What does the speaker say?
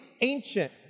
ancient